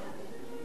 אינו נוכח